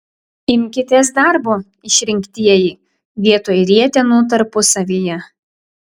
imkitės darbo išrinktieji vietoj rietenų tarpusavyje